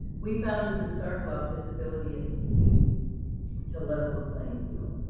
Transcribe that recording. we founded the starkloff disability institute to level the playing field.